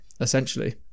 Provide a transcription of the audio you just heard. essentially